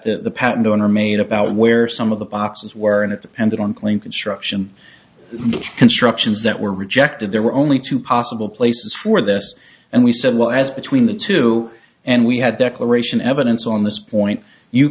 that the patent owner made about where some of the boxes were and it depended on clean construction constructions that were rejected there were only two possible places for this and we said well as between the two and we had declaration evidence on this point you